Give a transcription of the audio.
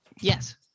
Yes